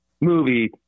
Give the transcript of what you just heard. movie